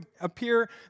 appear